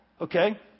okay